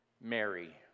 Mary